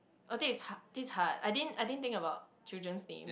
I think it's hard this hard I didn't I didn't think about children's name